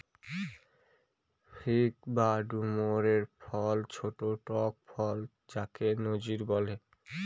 fig বা ডুমুর ফল ছোট্ট টক ফল যাকে নজির বলে